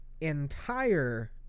entire